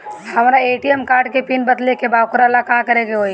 हमरा ATM card के PIN बदले के बा वोकरा ला का करे के होई?